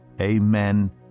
Amen